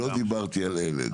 לא דיברתי על אלה.